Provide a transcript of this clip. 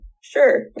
sure